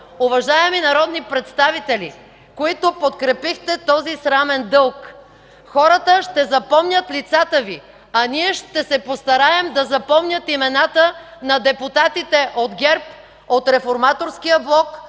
Уважаеми народни представители, които подкрепихте този срамен дълг! Хората ще запомнят лицата Ви, а ние ще се постараем да запомнят имената на депутатите от ГЕРБ, от Реформаторския блок,